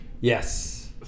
Yes